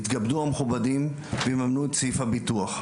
יתכבדו המכובדים ויממנו את סעיף הביטוח.